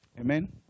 Amen